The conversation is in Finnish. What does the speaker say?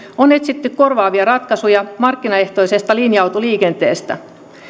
on etsitty korvaavia ratkaisuja markkinaehtoisesta linja autoliikenteestä